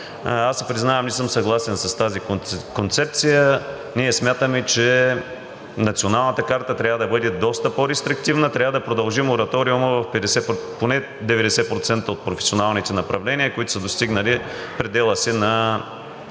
Аз си признавам, не съм съгласен с тази концепция. Ние смятаме, че Националната карта трябва да бъде доста по-рестриктивна, трябва да продължи мораториума поне в 90% от професионалните направления, които са достигнали предела си на